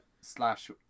slash